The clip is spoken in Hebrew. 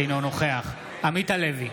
אינו נוכח עמית הלוי,